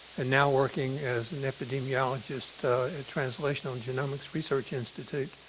and now working as an epidemiologist at translational and genomics research institute.